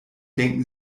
denken